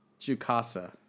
Jukasa